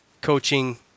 coaching